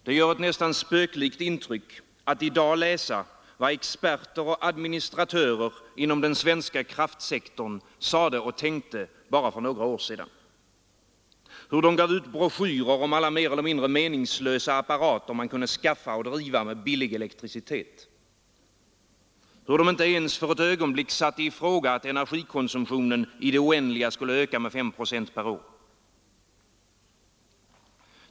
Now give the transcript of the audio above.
Det gör ett nästan spöklikt intryck att i dag läsa vad experter och administratörer inom den svenska kraftsektorn sade och tänkte för bara några år sedan — hur de gav ut broschyrer om alla mer eller mindre meningslösa apparater man kunde skaffa och driva med billig elektricitet, hur de inte ens för ett ögonblick satte i fråga att energikonsumtionen i det oändliga skulle öka med 5 procent per år.